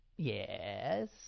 yes